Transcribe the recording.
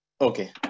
Okay